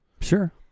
sure